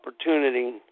opportunity